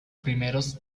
primeros